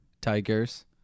tigers